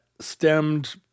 stemmed